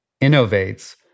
innovates